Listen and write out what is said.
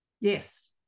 Yes